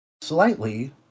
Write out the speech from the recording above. slightly